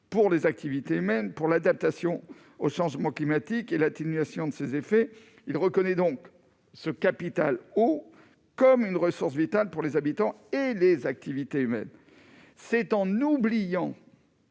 pour les activités même pour l'adaptation au sens moi climatique et l'atténuation de ses effets, il reconnaît donc ce capital comme une ressource vitale pour les habitants et les activités humaines, c'est en oubliant.